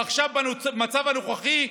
ועכשיו, במצב הנוכחי,